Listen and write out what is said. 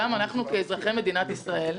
גם אנחנו אזרחי מדינת ישראל,